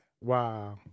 Wow